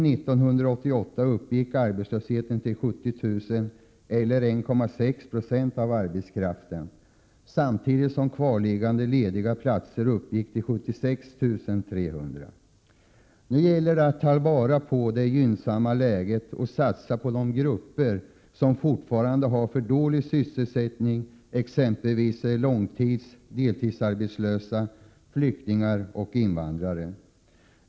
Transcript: Nu gäller det att ta vara på det gynnsamma läget och satsa på de grupper som fortfarande har för dålig sysselsättning, exempelvis långtidsoch deltidsarbetslösa, flyktingar och invandrare.